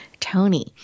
Tony